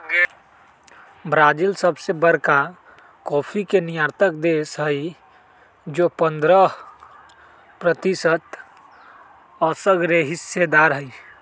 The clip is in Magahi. ब्राजील सबसे बरका कॉफी के निर्यातक देश हई जे पंडह प्रतिशत असगरेहिस्सेदार हई